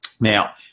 Now